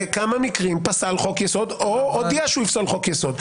בכמה מקרים פסל חוק יסוד או הודיע שהוא יפסול חוק יסוד.